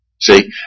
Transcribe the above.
See